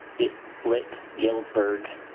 it split galesburg,